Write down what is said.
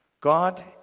God